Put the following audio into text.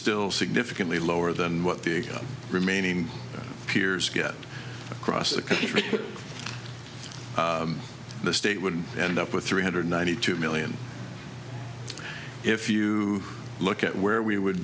still significantly lower than what the remaining peers get across the country the state would end up with three hundred ninety two million if you look at where we would